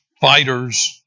fighters